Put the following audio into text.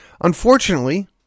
Unfortunately